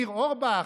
ניר אורבך,